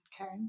Okay